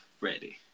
Ready